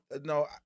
no